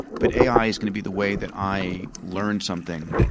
but ai is going to be the way that i learn something.